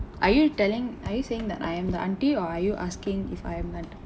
are you telling are you saying that I am the auntie or are you asking if I am an aunt